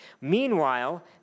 Meanwhile